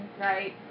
right